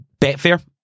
Betfair